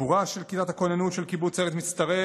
סיפורה של כיתת הכוננות של קיבוץ ארז מצטרף